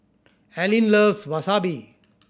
Allyn loves Wasabi